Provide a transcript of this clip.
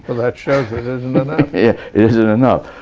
that shows it isn't enough. yeah, it isn't enough,